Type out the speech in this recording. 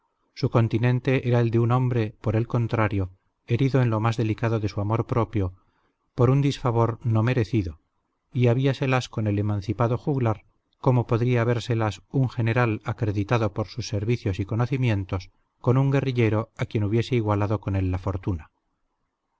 su continente era el de un hombre por el contrario herido en lo más delicado de su amor propio por un disfavor no merecido y habíaselas con el emancipado juglar como podría habérselas un general acreditado por sus servicios y conocimientos con un guerrillero a quien hubiese igualado con él la fortuna